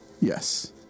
Yes